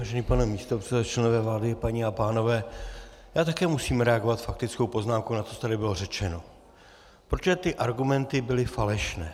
Vážený pane místopředsedo, členové vlády, paní a pánové, já také musím reagovat faktickou poznámkou na to, co tady bylo řečeno, protože ty argumenty byly falešné.